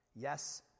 Yes